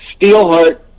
steelheart